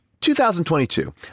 2022